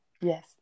yes